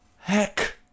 Heck